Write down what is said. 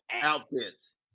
outfits